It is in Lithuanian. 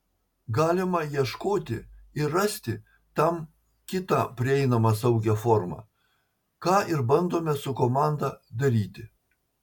galima ieškoti ir rasti tam kitą prieinamą saugią formą ką ir bandome su komanda daryti